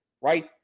right